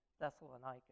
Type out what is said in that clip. Thessalonica